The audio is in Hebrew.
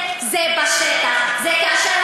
של השטחים הכבושים.